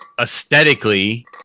aesthetically